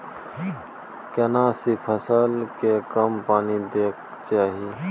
केना सी फसल के कम पानी दैय के चाही?